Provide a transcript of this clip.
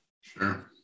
Sure